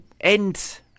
end